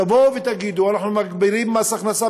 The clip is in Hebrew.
תבואו ותגידו: אנחנו מגדילים את מס ההכנסה